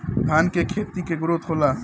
धान का खेती के ग्रोथ होला?